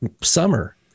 summer